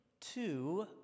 two